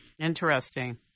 Interesting